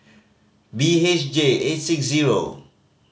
B H J eight six zero